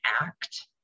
act